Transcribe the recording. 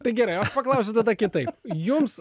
tai gerai aš paklausiu tada kitaip jums